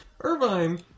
Irvine